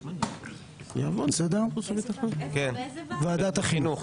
אני צריך להקריא עכשיו את כל החלוקה ואת ראשי הוועדות.